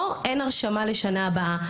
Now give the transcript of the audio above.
או אין הרשמה לשנה הבאה.